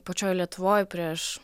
pačioj lietuvoj prieš